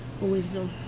wisdom